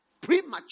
Premature